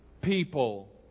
people